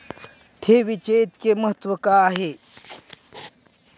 ठेवीचे इतके महत्व का आहे?